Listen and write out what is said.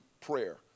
prayer